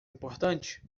importante